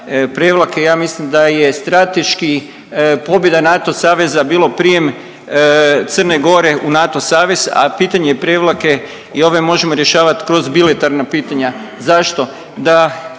Prevlake. Ja mislim da je strateški pobjeda NATO saveza bilo prijem Crne Gore u NATO savez, a pitanje Prevlake i ove možemo rješavati kroz bilateralna pitanja. Zašto? Da